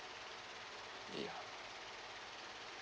ya